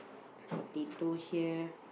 potato here